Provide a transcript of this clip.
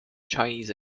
chinese